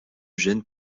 gène